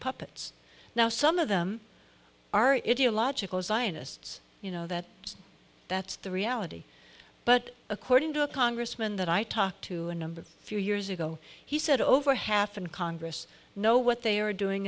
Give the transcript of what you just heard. puppets now some of them are idiot logical zionists you know that that's the reality but according to a congressman that i talked to a number few years ago he said over half in congress know what they are doing